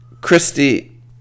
Christy